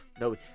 no